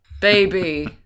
baby